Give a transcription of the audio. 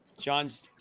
John's